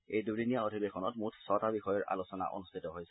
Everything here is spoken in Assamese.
এই দুদিনীয়া অধিৱেশনত মুঠ ছটা বিষয়ৰ আলোচনা অনুষ্ঠিত হৈছে